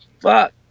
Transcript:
Fuck